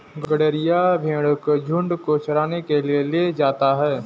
गरेड़िया भेंड़ों के झुण्ड को चराने के लिए ले जाता है